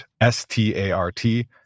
S-T-A-R-T